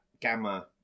Gamma